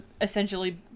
essentially